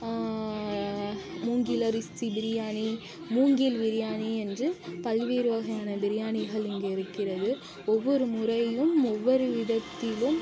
மூங்கில் அரிசி பிரியாணி மூங்கில் பிரியாணி என்று பல்வேறு வகையான பிரியாணிகள் இங்கு இருக்கிறது ஒவ்வொரு முறையும் ஒவ்வொரு விதத்திலும்